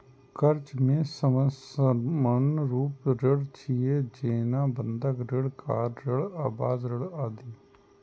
कर्ज के सबसं सामान्य रूप ऋण छियै, जेना बंधक ऋण, कार ऋण, आवास ऋण आदि